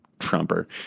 Trumper